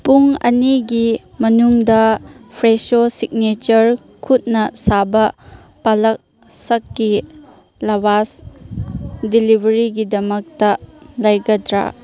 ꯄꯨꯡ ꯑꯅꯤꯒꯤ ꯃꯅꯨꯡꯗ ꯐ꯭ꯔꯦꯁꯣ ꯁꯤꯛꯅꯦꯆꯔ ꯈꯨꯠꯅ ꯁꯥꯕ ꯄꯂꯛꯁꯛꯀꯤ ꯂꯚꯥꯁ ꯗꯤꯂꯤꯚꯔꯤꯒꯤꯗꯃꯛꯇ ꯂꯩꯒꯗ꯭ꯔꯥ